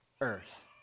earth